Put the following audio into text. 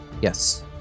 Yes